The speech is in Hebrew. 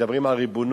מדברים על ריבונות,